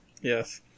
Yes